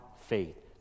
faith